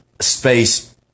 space